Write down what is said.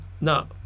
no